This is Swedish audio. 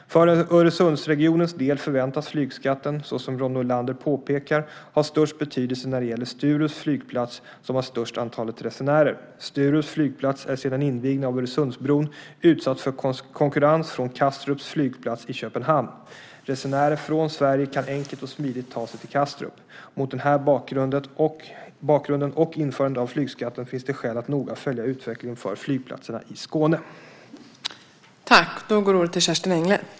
För Öresundsregionens del förväntas flygskatten, såsom Ronny Olander påpekar, ha störst betydelse när det gäller Sturups flygplats, som har störst antal resenärer. Sturups flygplats är sedan invigningen av Öresundsbron utsatt för konkurrens från Kastrups flygplats i Köpenhamn. Resenärer från Sverige kan enkelt och smidigt ta sig till Kastrup. Mot den här bakgrunden, och införandet av flygskatten, finns det skäl att noga följa utvecklingen för flygplatserna i Skåne.